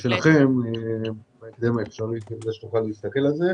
שלכם בהקדם האפשרי על מנת שנוכל להסתכל על זה.